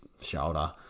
shoulder